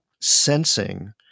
sensing